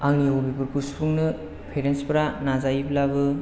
आंनि हबिफोरखौ सुफुंनो पेरेन्टसफ्रा नाजायोब्लाबो